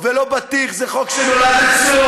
לא התייעצת אתו ולא בטיח, זה חוק שנולד אצלו,